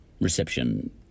reception